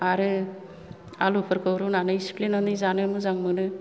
आरो आलुफोरखौ रुनानै सिफ्लेनानै जानो मोजां मोनो